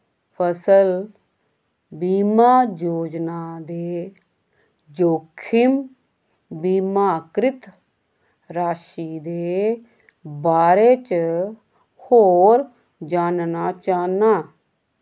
फसल बीमा योजना दे जोखम बीमाकृत राशी दे बारे च होर जानना चाह्न्नां